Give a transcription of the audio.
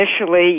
initially